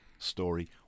story